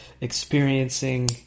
experiencing